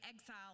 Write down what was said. exile